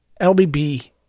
lbb